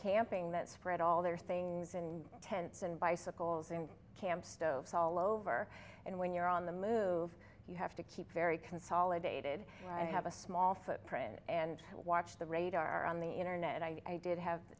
camping that spread all their things in tents and bicycles and camp stoves all over and when you're on the move you have to keep very consolidated i have a small footprint and watch the radar on the internet and i did have